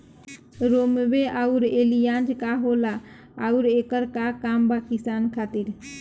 रोम्वे आउर एलियान्ज का होला आउरएकर का काम बा किसान खातिर?